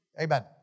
amen